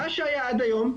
מה שהיה עד היום,